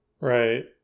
Right